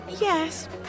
Yes